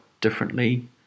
differently